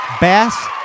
Bass